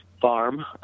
farm